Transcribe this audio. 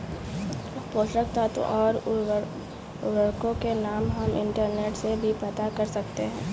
पोषक तत्व और उर्वरकों के नाम हम इंटरनेट से भी पता कर सकते हैं